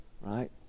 Right